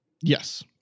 Yes